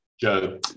Joe